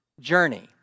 journey